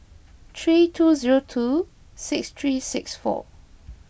three two zero two six three six four